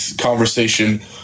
conversation